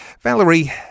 Valerie